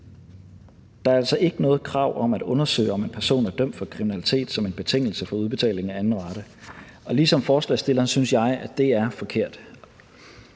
Der er altså ikke noget krav om at undersøge, om en person er dømt for kriminalitet som en betingelse for udbetalingen af anden rate, og ligesom forslagsstillerne synes jeg, det er forkert.